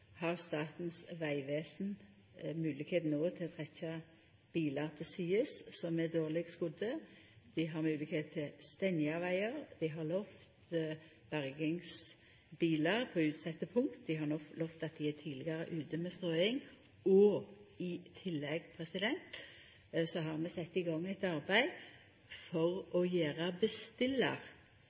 Statens vegvesen har no moglegheit til å trekkja bilar som er dårleg skodde, til sides, dei har moglegheit til å stengja vegar, dei har lova bergingsbilar på utsette punkt, og dei har lova at dei skal vera tidlegare ute med strøing. I tillegg har vi sett i gang eit arbeid for å gjera bestillar